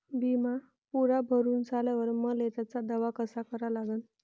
बिमा पुरा भरून झाल्यावर मले त्याचा दावा कसा करा लागन?